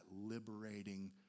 liberating